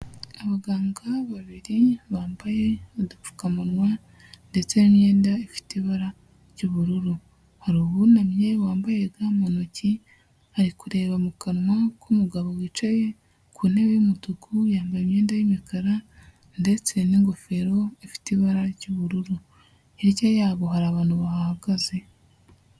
Abaganga babiri bambaye udupfukamunwa ndetse n'imyenda ifite ibara ry'ubururu, hari uwunamye wambaye ga mu ntoki ari kureba mu kanwa k'umugabo wicaye ku ntebe y'umutuku yambaye imyenda y'umukara ndetse n'ingofero ifite ibara ry'ubururu, hirya yabo hari abantu bahagaze.